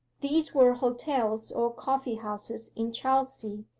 these were hotels or coffee-houses in chelsea,